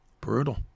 brutal